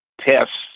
tests